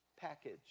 package